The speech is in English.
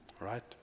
right